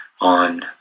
on